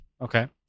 Okay